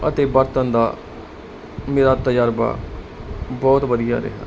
ਅਤੇ ਵਰਤਨ ਦਾ ਮੇਰਾ ਤਜਰਬਾ ਬਹੁਤ ਵਧੀਆ ਰਿਹਾ